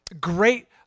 great